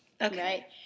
Okay